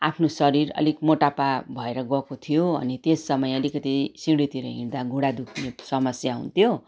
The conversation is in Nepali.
आफ्नो शरीर अलिक मोटापा भएर गएको थियो अनि त्यस समय अलिकिति सिँढीतिर हिँड्दा घुँडा दुख्ने समस्या हुन्थ्यो